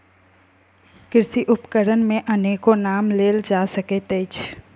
कृषि उपकरण मे अनेको नाम लेल जा सकैत अछि